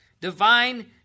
Divine